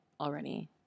already